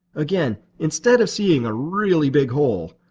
again, instead of seeing a really big hole,